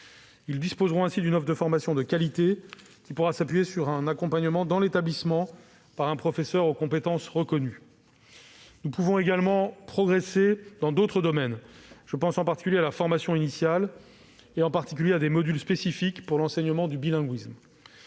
Ils disposeront ainsi d'une offre de formation de qualité, qui pourra s'appuyer sur un accompagnement dans leur établissement par un professeur aux compétences reconnues. Nous pouvons également progresser dans d'autres domaines. Je pense à la formation initiale, et en particulier à des modules spécifiques pour l'enseignement du bilinguisme.